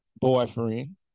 boyfriend